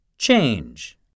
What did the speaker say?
Change